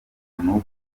n’ubu